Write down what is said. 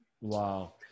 Wow